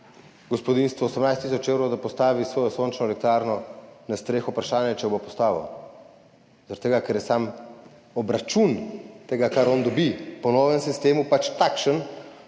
gospodinjstvu 18 tisoč evrov, da postavi svojo sončno elektrarno na streho, vprašanje, če jo bo postavil, zaradi tega, ker je sam obračun tega, kar on dobi, po novem sistemu pač takšen,